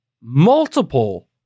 multiple